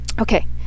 Okay